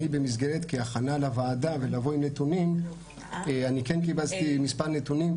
אני כהכנה לוועדה כדי לבוא עם נתונים קיבצתי מספר נתונים.